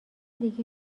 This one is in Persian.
دیگه